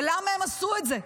ולמה הם עשו את זה?